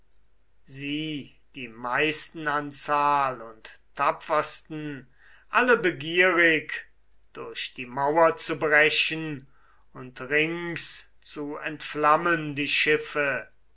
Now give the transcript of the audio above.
sie die meisten an zahl und tapfersten alle begierig durch die mauer zu brechen und rings zu entflammen die schiffe